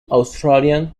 australian